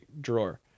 drawer